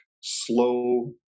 slow